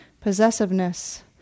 possessiveness